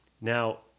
Now